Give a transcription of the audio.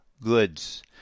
goods